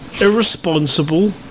irresponsible